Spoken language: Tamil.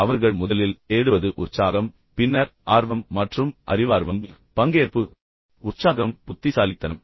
அவர்கள் முதலில் தேடுவது உற்சாகம் பின்னர் ஆர்வம் மற்றும் அறிவார்வம் பங்கேற்பு உற்சாகம் புத்திசாலித்தனம்